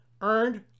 earned